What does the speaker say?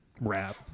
Rap